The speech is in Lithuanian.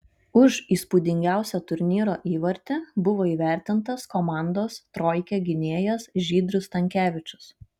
už įspūdingiausią turnyro įvartį buvo įvertintas komandos troikė gynėjas žydrius stankevičius